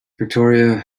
victoria